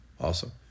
Awesome